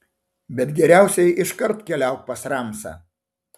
bet geriausiai iškart keliauk pas ramsą